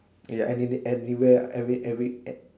ya and it it anywhere every every ev